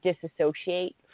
disassociate